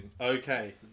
Okay